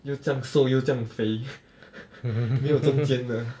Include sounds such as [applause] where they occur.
又这样瘦又这样肥 [laughs] 没有中间的 [laughs]